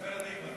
של חברת הכנסת